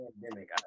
pandemic